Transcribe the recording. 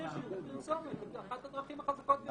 זאת אחת הדרכים החזקות ביותר לפרסומת.